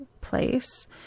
place